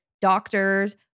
doctors